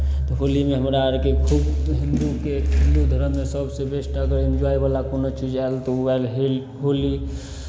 तऽ होलीमे हमरा आरके खूब हिन्दूके हिन्दू धर्ममे सभसँ बेस्ट अगर एन्जॉयवला कोनो चीज आयल तऽ ओ आयल हेल होली